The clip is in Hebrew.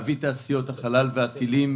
אבי תעשיות החלל והטילים.